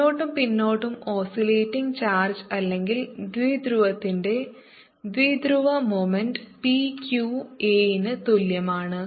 മുന്നോട്ടും പിന്നോട്ടും oscillating charge അല്ലെങ്കിൽ ദ്വിധ്രുവത്തിന്റെ ദ്വിധ്രുവ മൊമെന്റ് p q a ന് തുല്യമാണ്